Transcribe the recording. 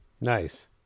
Nice